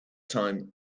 time